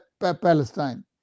Palestine